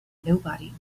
nobody